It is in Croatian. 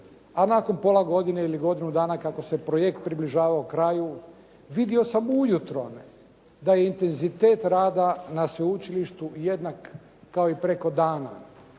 a nakon pola godine ili godinu dana kako se projekt približavao kraju vidio sam ujutro da je intenzitet rada na sveučilištu jednak kao i preko dana.